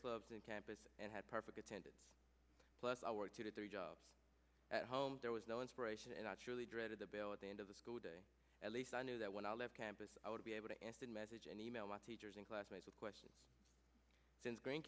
the campus and had perfect attendance plus our two to three jobs at home there was no inspiration and i truly dreaded the bell at the end of the school day at least i knew that when i left campus i would be able to answer in message and email my teachers and classmates of questions since green